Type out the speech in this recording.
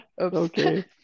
Okay